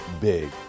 big